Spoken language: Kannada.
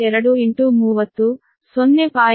2 30 0